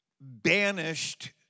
banished